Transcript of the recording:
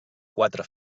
quatre